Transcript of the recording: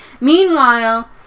Meanwhile